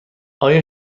آیا